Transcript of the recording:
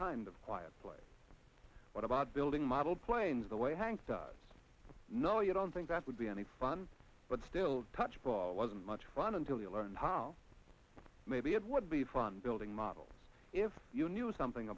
kind of quiet play what about building model planes the way hank does no you don't think that would be any fun but still such ball wasn't much fun until you learn how maybe it would be fun building model if you knew something